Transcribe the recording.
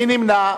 מי נמנע?